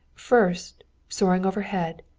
first, soaring overhead,